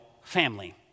family